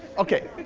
okay,